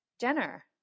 Jenner